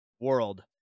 world